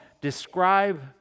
describe